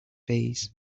fays